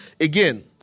again